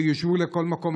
כדי שיושוו לכל מקום.